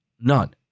None